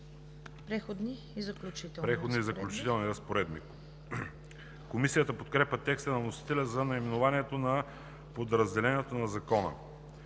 преходните и заключителните разпоредби